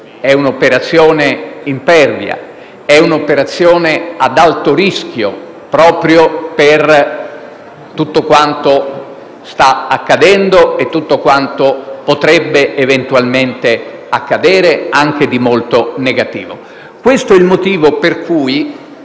è un'operazione complessa, impervia e ad alto rischio, proprio per tutto quanto sta accadendo e che potrebbe eventualmente accadere, anche di molto negativo. Questo è il motivo per cui